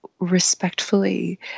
respectfully